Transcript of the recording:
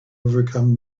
overcome